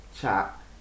chat